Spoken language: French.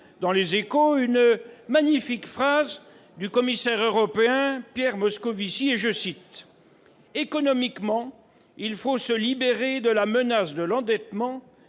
dans, cette magnifique phrase du commissaire européen Pierre Moscovici :« Économiquement, il faut se libérer de la menace de l'endettement